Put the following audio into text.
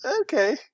okay